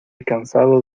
cansado